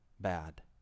bad